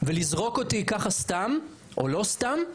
ולזרוק אותי ככה סתם או לא סתם,